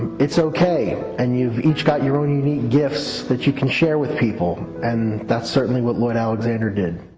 it's okay and you've each got your own unique gifts that you can share with people and that's certainly what lloyd alexander did.